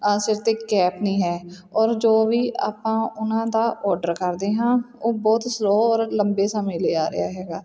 ਸਿਰ 'ਤੇ ਕੈਪ ਨਹੀਂ ਹੈ ਔਰ ਜੋ ਵੀ ਆਪਾਂ ਉਹਨਾਂ ਦਾ ਔਡਰ ਕਰਦੇ ਹਾਂ ਉਹ ਬਹੁਤ ਸਲੋਅ ਔਰ ਲੰਬੇ ਸਮੇਂ ਲਈ ਆ ਰਿਹਾ ਹੈਗਾ